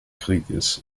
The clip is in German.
krieges